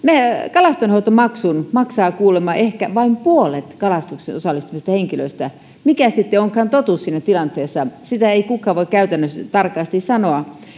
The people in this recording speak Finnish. kalastonhoitomaksun maksaa kuulemma ehkä vain puolet kalastukseen osallistuvista henkilöistä mikä sitten onkaan totuus siinä tilanteessa sitä ei kukaan voi käytännössä tarkasti sanoa